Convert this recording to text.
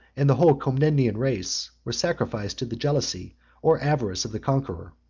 and the whole comnenian race, were sacrificed to the jealousy or avarice of the conqueror.